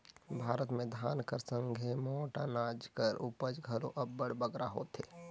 भारत में धान कर संघे मोट अनाज कर उपज घलो अब्बड़ बगरा होथे